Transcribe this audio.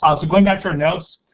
um so going back to our notes,